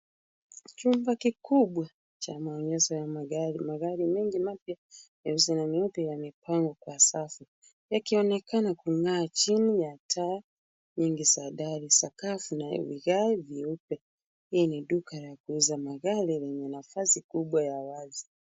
Chumba kikubwa cha maonyesho ya magari. Magari mengi mapya ya uso nyeupe yamepangwa kwa safu, yakionekana kung'aa chini ya taa nyingi za dari. Sakafu ina vigae vyeupe. Hii ni duka la kuuza magari lenye nafasi kubwa ya wazi.